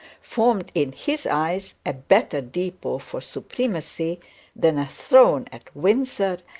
formed in his eyes a better depot for supremacy than a throne at windsor,